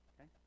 Okay